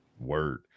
Word